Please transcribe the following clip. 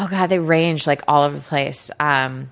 oh, god. they range like all of the place. um